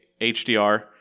HDR